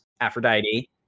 Aphrodite